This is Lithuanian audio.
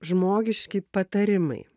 žmogiški patarimai